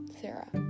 Sarah